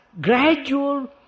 gradual